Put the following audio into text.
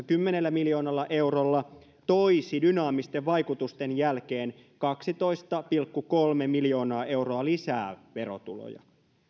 kymmenellä miljoonalla eurolla toisi dynaamisten vaikutusten jälkeen kaksitoista pilkku kolme miljoonaa euroa lisää verotuloja